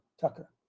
Tucker